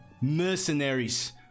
Mercenaries